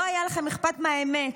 לא היה אכפת לכם מהאמת.